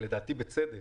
לדעתי בצדק,